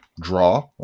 draw